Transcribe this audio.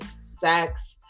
sex